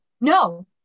No